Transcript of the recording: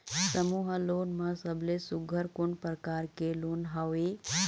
समूह लोन मा सबले सुघ्घर कोन प्रकार के लोन हवेए?